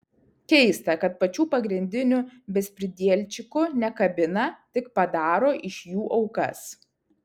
keista kad pačių pagrindinių bezpridielčikų nekabina tik padaro iš jų aukas